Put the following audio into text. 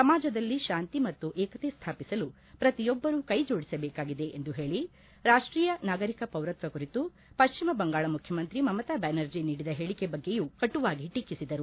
ಸಮಾಜದಲ್ಲಿ ಶಾಂತಿ ಮತ್ತು ಏಕತೆ ಸ್ಥಾಪಿಸಲು ಪ್ರತಿಯೊಬ್ಲರೂ ಕ್ಲೆಜೋಡಿಸಬೇಕಾಗಿದೆ ಎಂದು ಹೇಳಿ ರಾಷ್ವೀಯ ನಾಗರಿಕ ಪೌರತ್ವ ಕುರಿತು ಪಶ್ಚಿಮ ಬಂಗಾಳ ಮುಖ್ಯಮಂತ್ರಿ ಮಮತಾ ಬ್ಲಾನರ್ಜಿ ನೀಡಿದ ಹೇಳಕೆ ಬಗ್ಗೆಯೂ ಕಟುವಾಗಿ ಟೀಕಿಸಿದರು